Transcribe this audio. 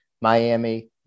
miami